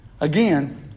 again